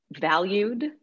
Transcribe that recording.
valued